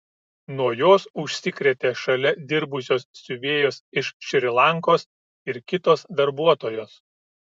nuo jos užsikrėtė šalia dirbusios siuvėjos iš šri lankos ir kitos darbuotojos